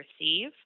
receive